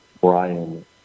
Brian